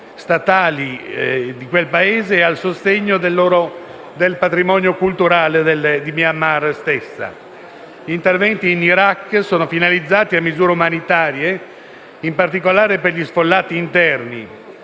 istituzioni locali e al sostegno del patrimonio culturale. Gli interventi in Iraq sono finalizzati a misure umanitarie, in particolare per gli sfollati interni.